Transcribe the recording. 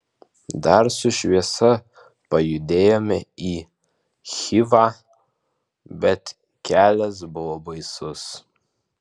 dar su šviesa pajudėjome į chivą bet kelias buvo baisus